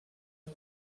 del